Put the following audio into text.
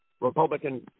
Republican